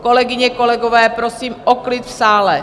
Kolegyně, kolegové, prosím o klid v sále.